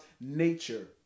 nature